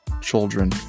children